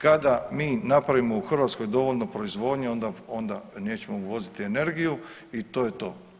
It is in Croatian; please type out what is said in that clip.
Kada mi napravimo u Hrvatskoj dovoljno proizvodnje onda, onda nećemo uvoziti energiju i to je to.